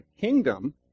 kingdom